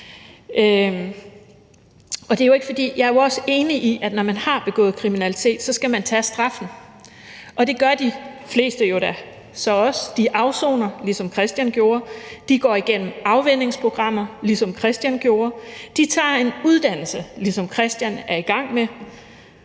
jeg ikke også er enig i, at når man har begået kriminalitet, skal man tage straffen, og det gør de fleste jo da så også. De afsoner, ligesom Christian gjorde, de går igennem afvænningsprogrammer, ligesom Christian gjorde, de tager en uddannelse, ligesom Christian er i gang med,